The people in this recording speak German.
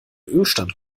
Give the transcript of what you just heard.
ölstand